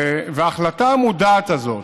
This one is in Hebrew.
ההחלטה המודעת הזאת